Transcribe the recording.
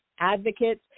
advocates